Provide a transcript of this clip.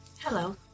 Hello